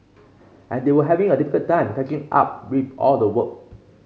and they were having a difficult time catching up with all the work